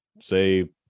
say